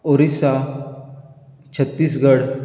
Orissa Chhattisgarh